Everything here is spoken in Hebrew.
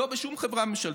לא בשום חברה ממשלתית.